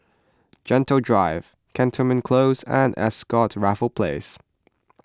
Gentle Drive Cantonment Close and Ascott Raffles Place